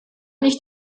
nicht